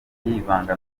yivanga